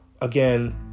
again